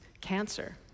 cancer